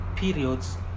periods